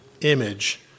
image